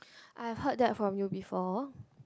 I heard that from you before